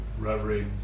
reverie